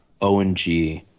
ONG